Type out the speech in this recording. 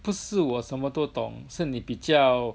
不是我什么都懂是你比较